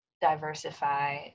diversify